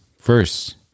first